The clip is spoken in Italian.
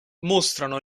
mostrano